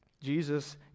Jesus